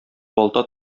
балта